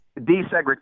desegregation